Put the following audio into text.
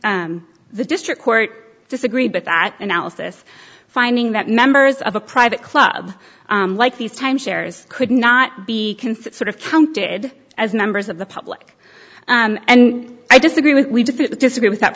s the district court disagreed with that analysis finding that members of a private club like these timeshares could not be sort of counted as members of the public and i disagree we disagree with that